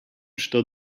sto